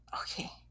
Okay